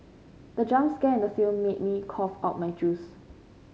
the jump scare in the film made me cough out my juice